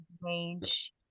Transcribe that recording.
range